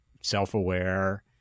self-aware